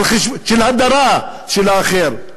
של הדרה של האחר.